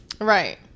right